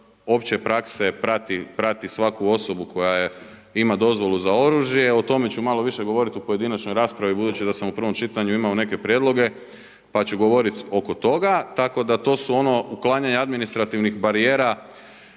opće prakse prati svaku osobu koja ima dozvolu za oružje. O tome ću malo više govoriti u pojedinačnoj raspravi budući da sam u prvom čitanju imao neke prijedloge, pa ću govoriti oko toga. Tako da to su ono uklanjanje administrativnih barijera